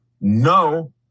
no